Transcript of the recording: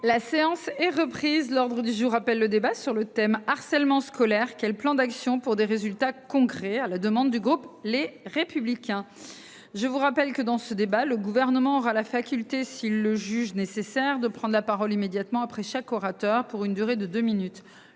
La séance est reprise l'ordre du jour appelle le débat sur le thème harcèlement scolaire qu'est le plan d'action pour des résultats concrets à la demande du groupe Les Républicains. Je vous rappelle que dans ce débat, le gouvernement aura la faculté s'il le juge nécessaire de prendre la parole immédiatement après chaque orateur pour une durée de deux minutes.